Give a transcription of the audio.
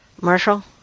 Marshall